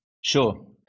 sure